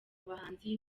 bahanzi